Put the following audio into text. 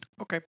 Okay